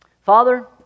Father